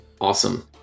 Awesome